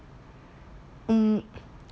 um